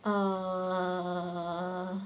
err